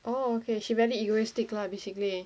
oh okay she very egoistic lah basically